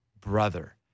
brother